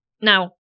Now